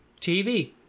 TV